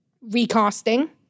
recasting